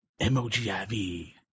M-O-G-I-V